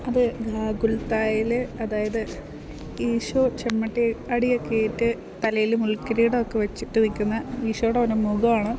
അത് ഗാഗുൽത്തായിൽ അതായത് ഈശോ ചെമ്മട്ടി അടിയൊക്കെ ഏറ്റ് തലയിൽ മുൾക്കിരീടമൊക്കെ വെച്ചിട്ട് നിൽക്കുന്ന ഈശോയുടെ ഒരു മുഖമാണ്